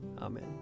Amen